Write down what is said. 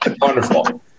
Wonderful